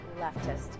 leftist